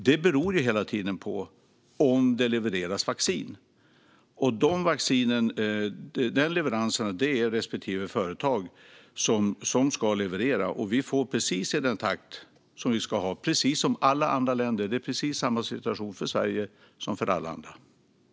Det beror hela tiden på om det levereras vaccin, och det är respektive företag som ska leverera. Vi får i precis den takt vi ska ha, precis som alla andra. Det är precis samma situation för Sverige som för alla andra länder.